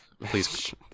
Please